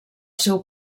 seu